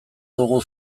dugu